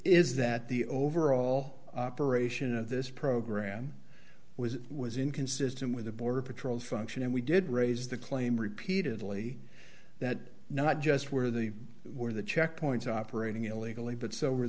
is that the overall operation of this program was was inconsistent with the border patrol function and we did raise the claim repeatedly that not just where they were the checkpoints operating illegally but so are